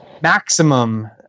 maximum